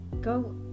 go